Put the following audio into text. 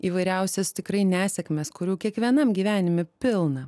įvairiausias tikrai nesėkmes kurių kiekvienam gyvenime pilna